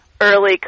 early